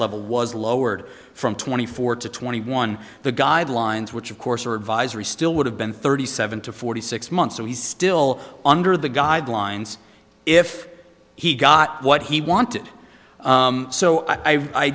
level was lowered from twenty four to twenty one the guidelines which of course are advisory still would have been thirty seven to forty six months and he's still under the guidelines if he got what he wanted so i